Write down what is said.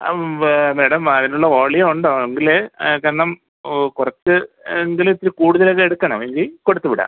ആ ഉവ്വ് മാഡം അതിനുള്ള വോളുയം ഉണ്ടോ എങ്കിലേ ആ കാരണം ഓ കുറച്ച് എങ്കിലിത്തിരി കൂടുതലെടുക്കണമെങ്കിൽ കൊടുത്ത് വിടാം